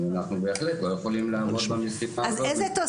אנחנו בהחלט לא יכולים לעמוד במשימה הזאת.